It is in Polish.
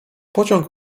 pociąg